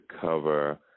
cover